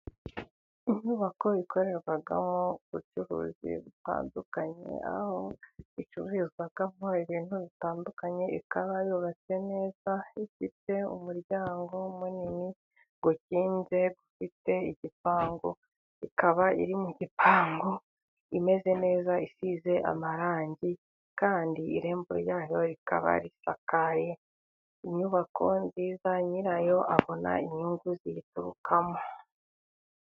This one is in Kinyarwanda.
Inyubako ikorerwamo ubucuruzi butandukanye, aho icururizwamo ibintu bitandukanye ikaba yubatse neza , ifite umuryango munini ukinze, ifite igipangu ikaba; iri mu gipangu imeze neza isize amarangi kandi irembo ryayo rikaba; inyubako nziza nyirayo abona inyungu ziyiturukamo.